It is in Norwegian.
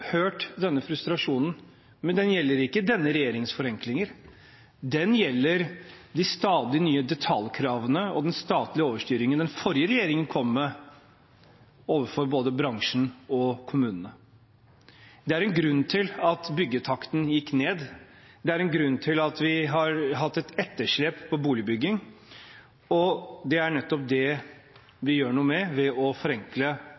hørt denne frustrasjonen, men den gjelder ikke denne regjeringens forenklinger; den gjelder de stadig nye detaljkravene og den statlige overstyringen som den forrige regjeringen kom med overfor både bransjen og kommunene. Det er en grunn til at byggetakten gikk ned, det er en grunn til at vi har hatt et etterslep på boligbygging, og det er nettopp det vi gjør noe med ved å forenkle